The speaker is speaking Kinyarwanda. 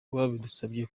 babidusabye